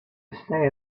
stay